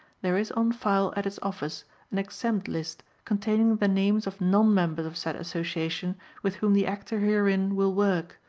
there is on file at its office an exempt list containing the names of non-members of said association with whom the actor herein will work,